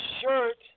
shirt